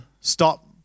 stop